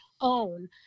own